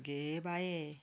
अगे बाये